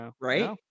Right